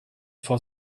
for